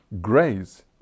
Grace